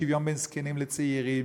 שוויון בין זקנים לצעירים,